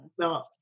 No